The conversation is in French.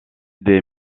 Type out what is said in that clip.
des